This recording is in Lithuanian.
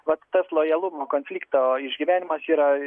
vat tas lojalumo konflikto išgyvenimas yra